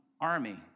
army